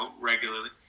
regularly